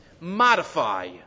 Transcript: modify